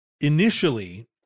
initially